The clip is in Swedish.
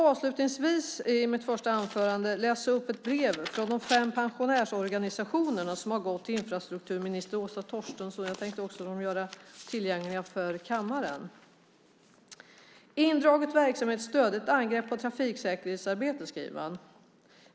Avslutningsvis vill jag läsa upp ett brev från de fem pensionärsorganisationerna till infrastrukturminister Åsa Torstensson. Jag tänkte också göra det tillgängligt för kammaren. "Indraget verksamhetsstöd - ett angrepp på trafiksäkerhetsarbetet!" skriver man.